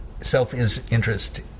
self-interest